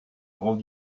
grand